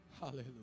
Hallelujah